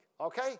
Okay